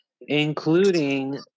including